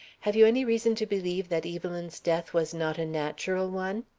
have you any reason to believe that evelyn's death was not a natural one?